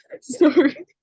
Sorry